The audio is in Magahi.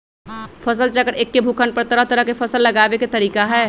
फसल चक्र एक्के भूखंड पर तरह तरह के फसल लगावे के तरीका हए